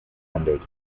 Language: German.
handelt